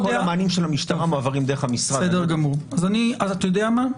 שכל המענים של המשטרה מועברים דרך המשרד --- אתה יודע מה?